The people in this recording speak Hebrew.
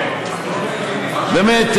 באמת,